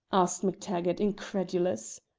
asked mactaggart, incredulous.